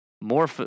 more